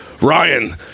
Ryan